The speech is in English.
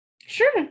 Sure